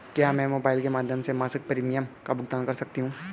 क्या मैं मोबाइल के माध्यम से मासिक प्रिमियम का भुगतान कर सकती हूँ?